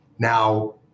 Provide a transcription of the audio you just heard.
Now